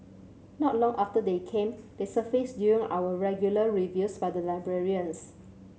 not long after they came they surfaced during our regular reviews by the librarians